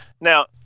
Now